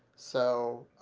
so